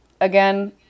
Again